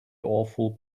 awful